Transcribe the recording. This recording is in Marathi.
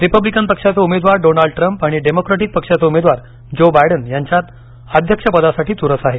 रिपब्लिकन पक्षाचे उमेदवार डोनाल्ड ट्रम्प आणि डेमोक्रॅटिक पक्षाचे उमेदवार ज्यो बायडन यांच्यात अध्यक्षपदासाठी चुरस आहे